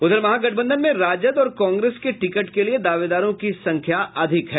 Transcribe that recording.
उधर महागठबंधन में राजद और कांग्रेस के टिकट के लिये दावेदारों की संख्या अधिक है